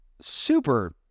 super